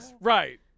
Right